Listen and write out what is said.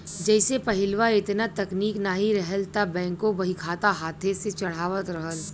जइसे पहिलवा एतना तकनीक नाहीं रहल त बैंकों बहीखाता हाथे से चढ़ावत रहल